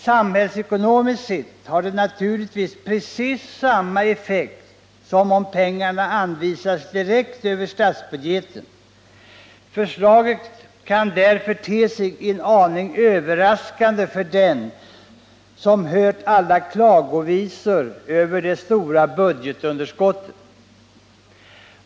Samhällsekonomiskt sett har det naturligtvis precis samma effekt som om pengarna anvisats direkt över statsbudgeten. Förslaget kan därför te sig en aning överraskande för den som hört alla klagovisor över det stora budgetunderskottet.